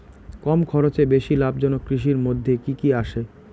কম খরচে বেশি লাভজনক কৃষির মইধ্যে কি কি আসে?